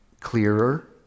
clearer